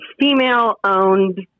female-owned